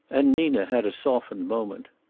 and nina had a softened moment.